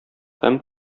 һәм